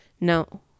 No